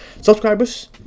subscribers